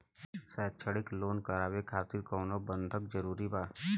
शैक्षणिक लोन करावे खातिर कउनो बंधक जरूरी बा?